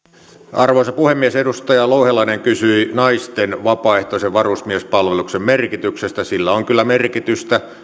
arvoisa puhemies edustaja louhelainen kysyi naisten vapaaehtoisen varusmiespalveluksen merkityksestä sillä on kyllä merkitystä